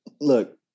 look